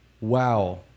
Wow